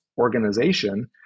organization